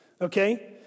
okay